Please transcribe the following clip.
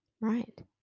Right